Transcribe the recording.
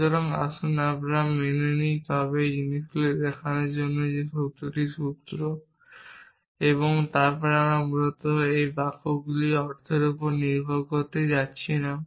সুতরাং আসুন আমরা মেনে নিই তবে জিনিসটি দেখানোর জন্য যে এই সূত্রটি সত্য আমরা মূলত সেই বাক্যগুলির অর্থের উপর নির্ভর করতে যাচ্ছি না